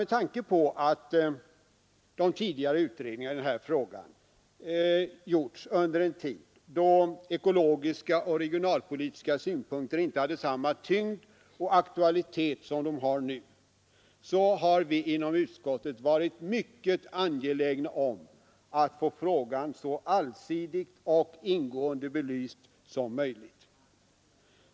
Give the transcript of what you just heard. Med tanke på att de tidigare utredningarna i denna fråga gjordes under en tid då ekologiska och regionalpolitiska synpunkter inte hade samma tyngd och aktualitet som nu har vi inom utskottet varit mycket angelägna om att få frågan så allsidigt och ingående belyst som möjligt.